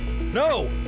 No